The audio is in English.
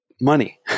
money